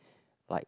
like